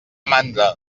mandra